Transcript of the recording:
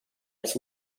its